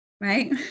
right